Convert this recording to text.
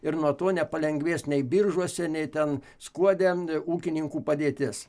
ir nuo to nepalengvės nei biržuose nei ten skuode ūkininkų padėtis